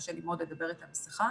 קשה לי מאוד לדבר איתה עם מסכה.